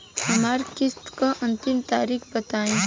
हमरे किस्त क अंतिम तारीख बताईं?